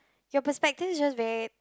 your perspective is just very